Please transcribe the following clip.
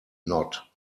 not